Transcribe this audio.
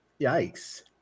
Yikes